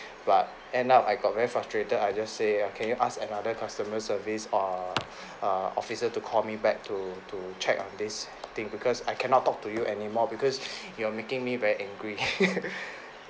but end up I got very frustrated I just say okay ask another customer service uh uh officer to call me back to to check on this thing because I cannot talk to you anymore because you are making me very angry